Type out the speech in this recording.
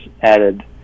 added